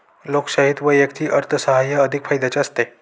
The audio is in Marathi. लोकशाहीत वैयक्तिक अर्थसाहाय्य अधिक फायद्याचे असते